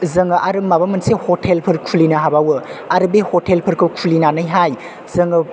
जों आरो माबा मोनसे ह'टेलफोर खुलिनो हाबावो आरो बे ह'टेलफोरखौ खुलिनानैहाय जों